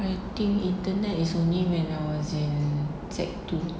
I think internet is only when I was in sec two